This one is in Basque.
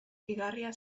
igarria